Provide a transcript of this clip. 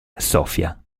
sofia